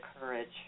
courage